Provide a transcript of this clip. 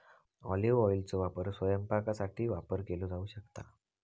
olive ऑइलचो वापर स्वयंपाकासाठी वापर केलो जाऊ शकता